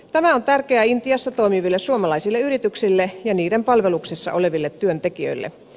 tämä on tärkeää intiassa toimiville suomalaisille yrityksille ja niiden palveluksessa oleville työntekijöille